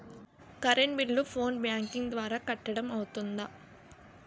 Current bill phone banking ద్వారా కట్టడం అవ్తుందా?